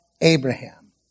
Abraham